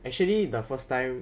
actually the first time